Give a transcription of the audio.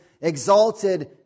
exalted